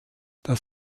das